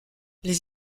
les